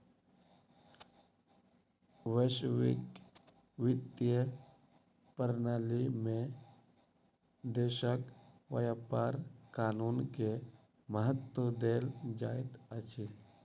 वैश्विक वित्तीय प्रणाली में देशक व्यापार कानून के महत्त्व देल जाइत अछि